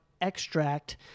extract